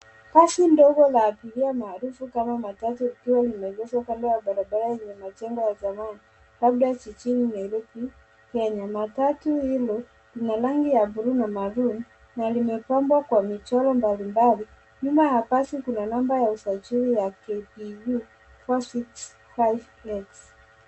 Basi ndogo la abiria maarufu kama matatu likiwa limeengeshwa kando ya barabara yenye majengo ya zamani, labda jijini Nairobi Kenya. Matatu hilo, lina rangi ya bluu na maroon ,na limepambwa kwa michoro mbalimbali. Nyuma ya basi kuna namba ya usajili ya KBU 465X.